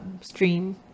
stream